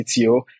CTO